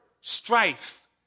strife